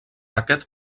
aquest